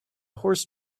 horse